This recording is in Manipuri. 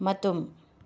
ꯃꯇꯨꯝ